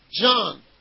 John